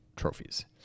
trophies